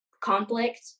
conflict